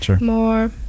more